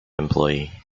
employee